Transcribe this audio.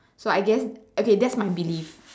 so I guess okay that's my believe